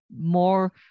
more